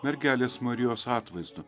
mergelės marijos atvaizdu